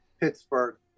Pittsburgh